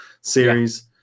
series